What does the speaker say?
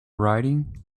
writing